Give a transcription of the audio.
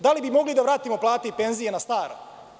Da li bi mogli da vratimo plate i penzije na staro?